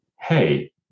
hey